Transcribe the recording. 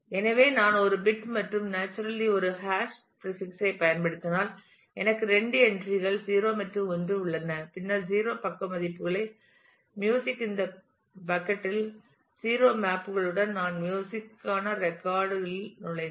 எனவே நான் ஒரு பிட் மற்றும் நேச்சுரலி ஒரு ஹாஷ் பிரீபிக்ஸ் ஐ பயன்படுத்தினால் எனக்கு இரண்டு என்ட்ரி கள் 0 மற்றும் 1 உள்ளன பின்னர் 0 பக்க மதிப்புள்ள மியூசிக் இந்த பக்கட் யில் 0 மேப் களுடன் நான் மியூசிக் க்கான ரெக்கார்ட் இல் நுழைந்தேன்